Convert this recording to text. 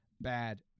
Bad